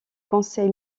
conseil